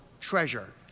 treasure